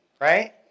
Right